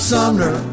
Sumner